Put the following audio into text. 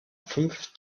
fünf